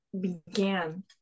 began